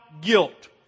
guilt